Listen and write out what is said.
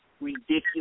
ridiculous